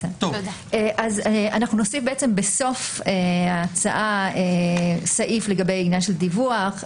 אנחנו נוסיף בסוף ההצעה סעיף לגבי עניין של דיווח.